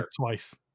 twice